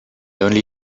only